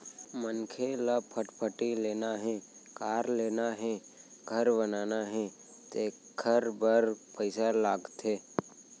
मनखे ल फटफटी लेना हे, कार लेना हे, घर बनाना हे तेखर बर पइसा लागथे